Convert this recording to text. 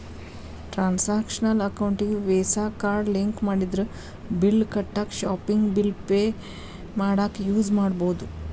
transactional ಅಕೌಂಟಿಗಿ Visa card link ಮಾಡಿದ್ರ bill ಕಟ್ಟಾಕ ಶಾಪಿಂಗ್ ಬಿಲ್ ಪೆ ಮಾಡಾಕ ಯೂಸ್ ಮಾಡಬೋದು